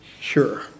Sure